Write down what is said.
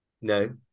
No